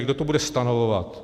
Kdo to bude stanovovat?